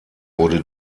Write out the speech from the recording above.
wurde